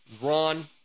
Ron